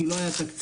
כי לא היה תקציב,